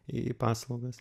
į paslaugas